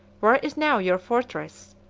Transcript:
where is now your fortress?